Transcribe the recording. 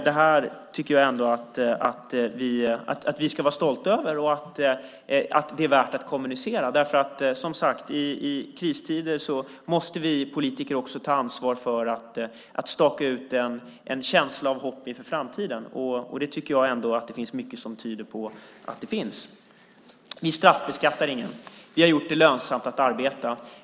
Det tycker jag ändå att vi ska vara stolta över. Det är värt att kommunicera. I kristider måste vi politiker, som sagt, också ta ansvar för att staka ut en känsla av hopp inför framtiden. Mycket tyder på att det finns. Vi straffbeskattar ingen. Vi har gjort det lönsamt att arbeta.